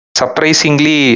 surprisingly